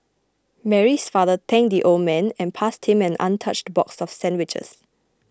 Mary's father thanked the old man and passed him an untouched box of sandwiches